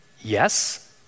Yes